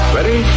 Ready